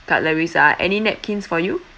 cutleries ah any napkins for you